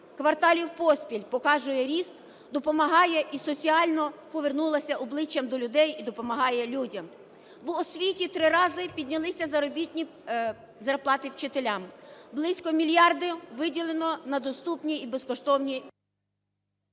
кварталів поспіль показує ріст, допомагає і соціально повернулася обличчям до людей, і допомагає людям. В освіті три рази піднялися заробітні зарплати вчителям. Близько мільярда виділено на доступні і безкоштовні…